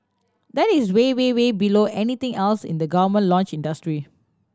that is way way way below anything else in the government launch industry